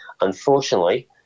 unfortunately